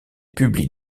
publie